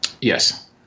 Yes